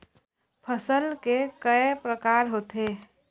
फसल के कय प्रकार होथे?